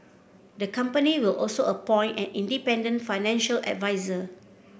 the company will also appoint an independent financial adviser